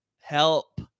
Help